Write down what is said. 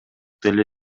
деле